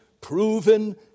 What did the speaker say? proven